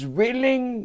willing